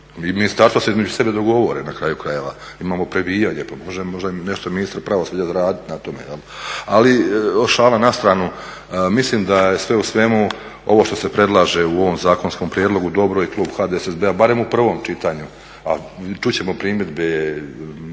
ministarstva se između sebe dogovore na kraju krajeva. Imamo previjanje pa možda može nešto ministar pravosuđa raditi na tome. Ali šalu na stranu, mislim da je sve u svemu ovo što se predlaže u ovom zakonskom prijedlogu dobro je i klub HDSSB-a barem u prvom čitanju, a čut ćemo primjedbe